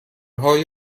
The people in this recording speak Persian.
های